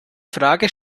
frage